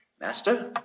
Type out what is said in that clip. Master